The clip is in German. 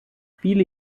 viele